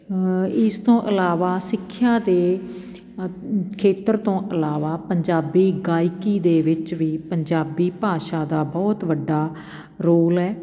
ਇਸ ਤੋਂ ਇਲਾਵਾ ਸਿੱਖਿਆ ਦੇ ਖੇਤਰ ਤੋਂ ਇਲਾਵਾ ਪੰਜਾਬੀ ਗਾਇਕੀ ਦੇ ਵਿੱਚ ਵੀ ਪੰਜਾਬੀ ਭਾਸ਼ਾ ਦਾ ਬਹੁਤ ਵੱਡਾ ਰੋਲ ਹੈ